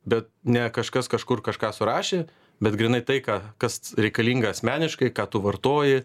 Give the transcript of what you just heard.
bet ne kažkas kažkur kažką surašė bet grynai tai ką kas reikalinga asmeniškai ką tu vartoji